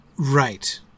Right